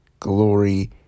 glory